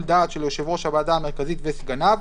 דעת של יושב-ראש הוועדה המרכזית וסגניו,